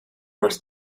más